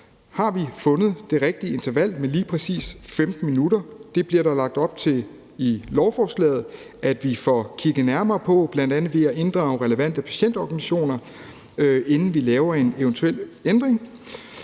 Har vi fundet det rigtige interval med lige præcis hvert 15. minut? Det bliver der lagt op til i lovforslaget at vi får kigget nærmere på, bl.a. ved at inddrage relevante patientorganisationer, inden vi laver en eventuel ændring.